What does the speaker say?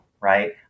right